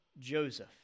Joseph